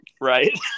right